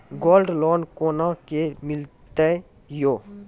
Gold loan कोना के मिलते यो?